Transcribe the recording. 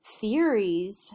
theories